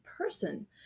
person